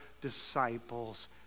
disciples